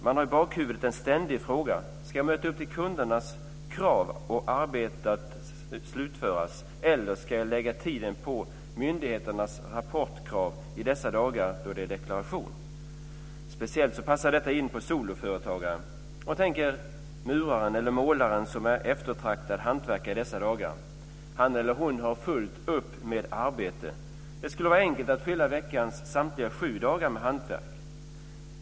Man har i bakhuvudet en ständig fråga: Ska jag leva upp till kundernas krav att arbetet ska slutföras, eller ska jag lägga tiden på myndigheternas rapportkrav i dessa dagar då det är deklaration? Speciellt passar detta in på soloföretagarna. Tänk er en murare eller målare som är en eftertraktad hantverkare i dessa dagar. Han eller hon har fullt upp med arbete. Det skulle vara enkelt att fylla veckans samtliga sju dagar med hantverk.